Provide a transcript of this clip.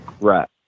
right